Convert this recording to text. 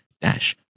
dash